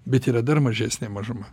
bet yra dar mažesnė mažuma